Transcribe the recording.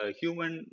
human